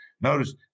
Notice